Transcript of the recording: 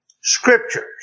scriptures